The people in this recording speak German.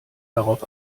darauf